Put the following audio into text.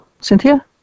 Cynthia